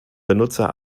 benutzer